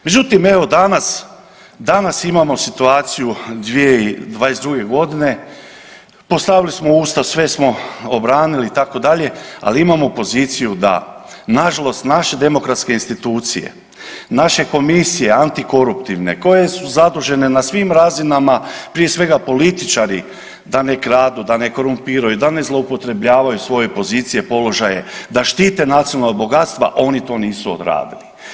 Međutim, evo danas, danas imamo situaciju 2022. godine, postavili smo Ustav, sve smo obranili itd. ali imamo poziciju da nažalost naše demokratske institucije, naše komisije antikoruptivne koje su zadužene na svim razinama, prije svega političari da ne kradu, da ne korumpiraju, da ne zloupotrebljavaju svoje pozicije i položaje, da štite nacionalna bogatstva, oni to nisu odradili.